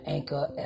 Anchor